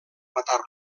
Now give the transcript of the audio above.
matar